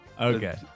Okay